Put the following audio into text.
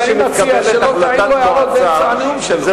אני מציע שלא תעירו הערות באמצע הנאום שלו.